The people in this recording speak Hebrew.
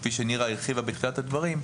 כפי שהרחיבה היועצת בתחילת הדברים,